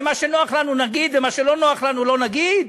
ומה שנוח לנו נגיד ומה שלא נוח לנו לא נגיד?